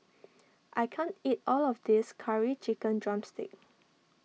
I can't eat all of this Curry Chicken Drumstick